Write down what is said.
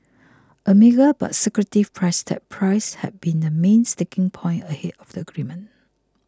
a mega but secretive price tag Price had been the main sticking point ahead of the agreement